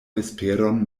vesperon